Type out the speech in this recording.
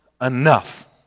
enough